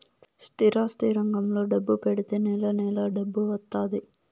స్థిరాస్తి రంగంలో డబ్బు పెడితే నెల నెలా డబ్బు వత్తాది